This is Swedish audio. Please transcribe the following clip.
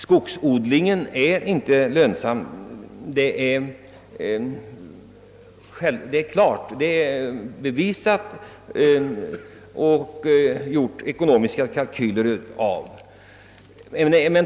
Skogsodlingen är inte lönsam, det är klart bevisat i ekonomiska kalkyler.